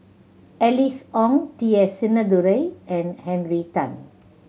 Alice Ong T S Sinnathuray and Henry Tan